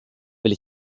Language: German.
will